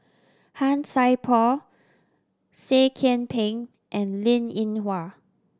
Han Sai Por Seah Kian Peng and Linn In Hua